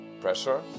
pressure